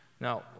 Now